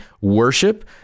worship